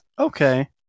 okay